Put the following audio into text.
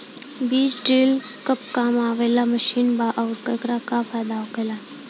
बीज ड्रील कब काम आवे वाला मशीन बा आऊर एकर का फायदा होखेला?